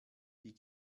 die